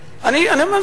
לא שמעתי את זה.